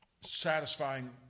satisfying